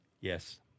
Yes